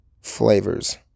flavors